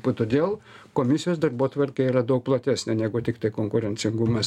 po todėl komisijos darbotvarkė yra daug platesnė negu tiktai konkurencingumas